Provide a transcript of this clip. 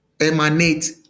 emanate